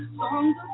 Songs